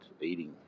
eating